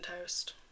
toast